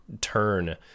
turn